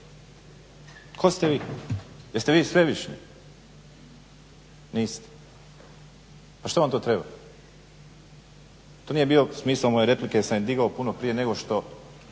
Tko ste vi, jeste vi svevišnji? Niste. Pa što vam to treba. To nije bio smisao moje replike jer sam je digao puno prije nego što